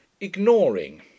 Ignoring